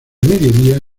mediodía